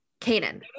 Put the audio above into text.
Kanan